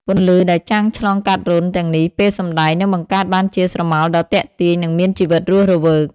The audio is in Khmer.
ពន្លឺដែលចាំងឆ្លងកាត់រន្ធទាំងនេះពេលសម្តែងនឹងបង្កើតបានជាស្រមោលដ៏ទាក់ទាញនិងមានជីវិតរស់រវើក។